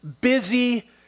busy